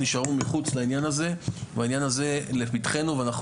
נשארו מחוץ לעניין הזה והעניין הזה לפתחנו ואנחנו